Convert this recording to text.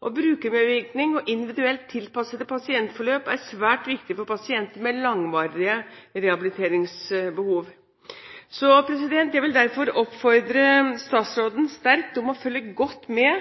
Brukermedvirkning og individuelt tilpassede pasientforløp er svært viktig for pasienter med langvarige rehabiliteringsbehov. Jeg vil derfor oppfordre statsråden sterkt om å følge godt med